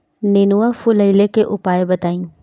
नेनुआ फुलईले के उपाय बताईं?